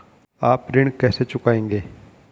आप ऋण कैसे चुकाएंगे?